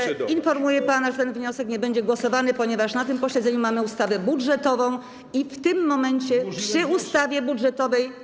Panie pośle, informuję pana, że ten wniosek nie będzie głosowany, ponieważ na tym posiedzeniu mamy ustawę budżetową i w tym momencie, przy ustawie budżetowej.